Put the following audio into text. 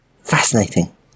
Fascinating